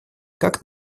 как